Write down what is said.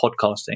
podcasting